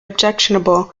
objectionable